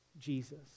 Jesus